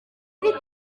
muri